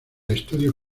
estudio